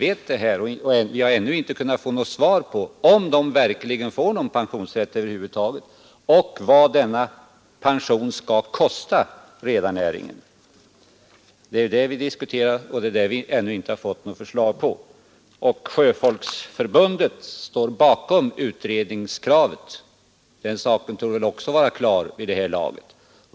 Ännu har jag heller inte fått något svar på om de utländska sjömännen verkligen får någon pensionsrätt över huvud taget, och vad den pensionen skall kosta rederinäringen. Det är den saken vi nu diskuterar, men det har vi ännu inte fått något förslag om. Sjöfolksförbundet står bakom utredningskravet, den saken torde väl också vara klar vid det här laget.